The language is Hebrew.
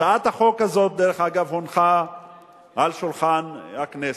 הצעת החוק הזאת, דרך אגב, הונחה על שולחן הכנסת,